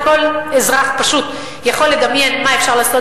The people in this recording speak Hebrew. וכל אזרח פשוט יכול לדמיין מה אפשר לעשות